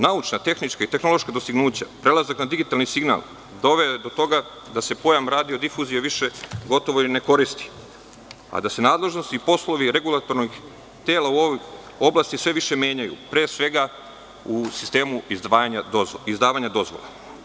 Naučna, tehnička i tehnološka dostignuća, prelazak na digitalni signal doveo je do toga da se pojam radio difuzije više gotovo i ne koristi, a da se nadležnosti i poslovi regulatornih tela u ovoj oblasti sve više menjaju, pre svega, u sistemu izdavanja dozvole.